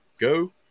go